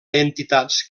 entitats